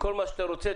מכל מה שאתה רוצה,